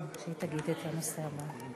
ההצעה להעביר את הנושא לוועדת הכלכלה נתקבלה.